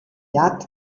jagd